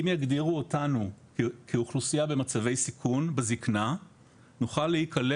אם יגדירו אותנו כאוכלוסייה במצבי סיכון בזקנה נוכל להיכלל